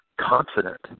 confident